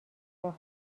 راه